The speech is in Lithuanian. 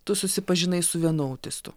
tu susipažinai su vienu autistu